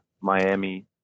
miami